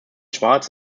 schwarz